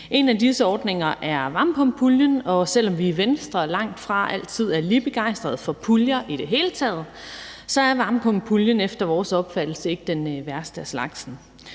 En af disse ordninger er varmepumpepuljen, og selv om vi i Venstre langtfra er lige begejstrede for puljer i det hele taget, så er varmepumpepuljen efter vores opfattelse ikke den værste af slagsen.